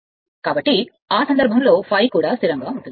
కాబట్టి ఆ సందర్భంలో ∅ కూడా స్థిరంగా ఉంటుంది